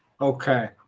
Okay